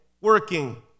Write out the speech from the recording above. working